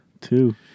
Two